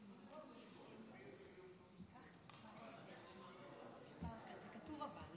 אני רוצה לקרוא לכם תשובה שכתב הסופר אשכול